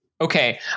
Okay